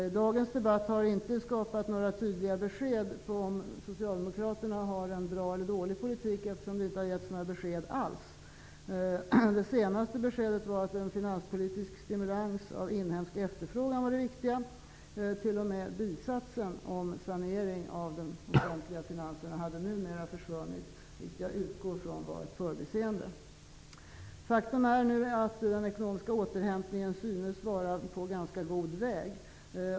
Dagens debatt har inte skapat några tydliga besked om Socialdemokraterna har en bra eller dålig politik, eftersom det inte har getts några besked alls. Det senaste beskedet var att en finanspolitisk stimulans av inhemsk efterfrågan var det viktiga. T.o.m. bisatsen om saneringen av de offentliga finanserna hade numera försvunnit, vilket jag utgår från var ett förbiseende. Faktum är nu att den ekonomiska återhämtningen synes vara på ganska god väg.